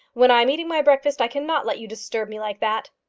when i am eating my breakfast i cannot let you disturb me like that.